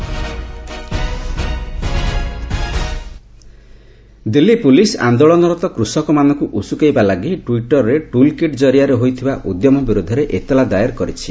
ଏତଲା ଦାୟର୍ ଦିଲ୍ଲୀ ପୁଲିସ୍ ଆନ୍ଦୋଳନରତ କୃଷକମାନଙ୍କୁ ଉସୁକେଇବା ଲାଗି ଟ୍ୱିଟରରେ ଟୁଲ୍ କିଟ୍ ଜରିଆରେ ହୋଇଥିବା ଉଦ୍ୟମ ବିରୋଧରେ ଏତଲା ଦାୟର୍ କରିଛି